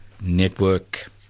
Network